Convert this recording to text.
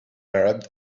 arab